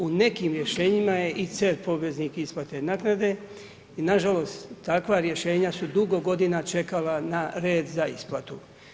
U nekim rješenjima je i CERP poveznik isplate naknade i nažalost, takva rješenja su dugo godina čekala na red za isplatu.